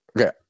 Okay